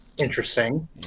Interesting